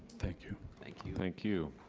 thank you. thank you. thank you.